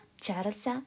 Charles